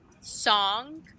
song